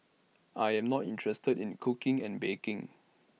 I am not interested in cooking and baking